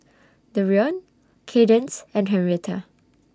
Dereon Kadence and Henretta